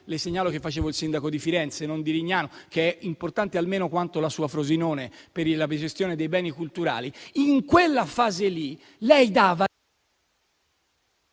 Le segnalo che facevo il sindaco di Firenze, non di Lignano, che è importante almeno quanto la sua Frosinone per la gestione dei beni culturali; in quella fase lì lei, caro